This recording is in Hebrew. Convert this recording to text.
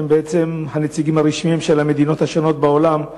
שהם בעצם הנציגים הרשמיים של המדינות השונות בעולם,